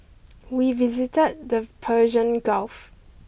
we visited the Persian Gulf